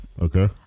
Okay